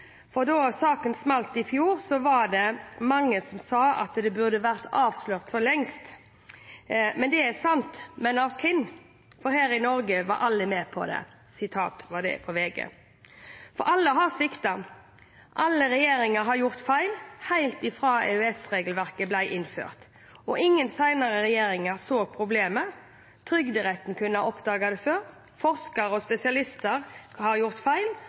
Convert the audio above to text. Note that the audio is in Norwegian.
august, da granskingsrapporten kom: «Da saken smalt i fjor, var det mange som sa dette burde vært avslørt for lengst. Og det er sant. Men av hvem? Her i Norge var alle med på det.» Alle har sviktet. Alle regjeringer har gjort feil, helt fra EØS-regelverket ble innført. Ingen senere regjeringer så problemet. Trygderetten kunne ha oppdaget det før. Forskere og spesialister har gjort feil,